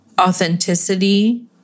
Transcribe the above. authenticity